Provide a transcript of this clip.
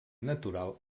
natural